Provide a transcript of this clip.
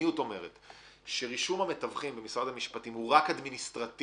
המדיניות היא שרישום המתווכים במשרד המשפטים הוא רק אדמיניסטרטיבי